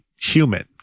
human